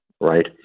right